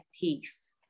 peace